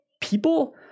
people